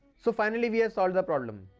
so, finally we have solved the problem.